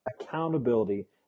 accountability